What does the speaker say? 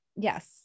yes